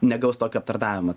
negaus tokio aptarnavimo